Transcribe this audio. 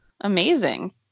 amazing